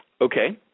Okay